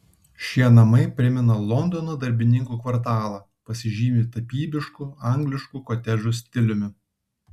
šie namai primena londono darbininkų kvartalą pasižymi tapybišku angliškų kotedžų stiliumi